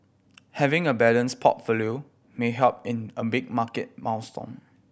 having a balanced portfolio may help in a big market maelstrom